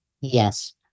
Yes